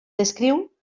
descriu